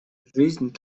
жизнь